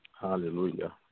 hallelujah